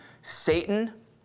Satan